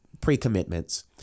pre-commitments